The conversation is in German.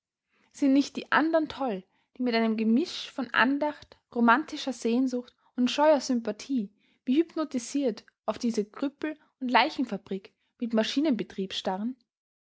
sind nicht die andern toll die mit einem gemisch von andacht romantischer sehnsucht und scheuer sympathie wie hypnotisiert auf diese krüppel und leichenfabrik mit maschinenbetrieb starren